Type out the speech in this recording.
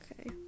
okay